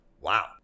Wow